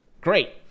Great